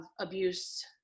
abuse